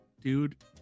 dude